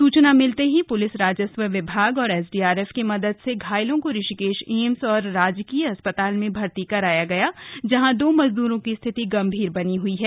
सूचना मिलते ही प्लिस राजस्व विभाग और एसडीआरएफ की मदद से घायलों को ऋषिकेश एम्स और राजकीय अस्पताल में भर्ती कराया गया जहां दो मजदूरों की स्थिति गंभीर बनी हुई है